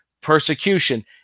persecution